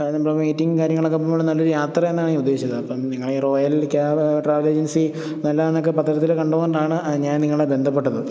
നമ്മുടെ മീറ്റിങ്ങും കാര്യങ്ങളുമൊക്കെ ഇപ്പോള് നമ്മളൊരു യാത്ര ഞാനുദ്ദേശിച്ചത് അപ്പോള് നിങ്ങള് ഈ റോയല് കാബ് ട്രാവലേജൻസി നല്ലതാണെന്നാക്കെ പത്രത്തില് കണ്ടത് കൊണ്ടാണ് ഞാൻ നിങ്ങളെ ബന്ധപ്പെട്ടത്